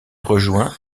rejoint